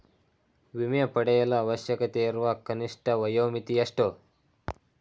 ವಿಮೆ ಪಡೆಯಲು ಅವಶ್ಯಕತೆಯಿರುವ ಕನಿಷ್ಠ ವಯೋಮಿತಿ ಎಷ್ಟು?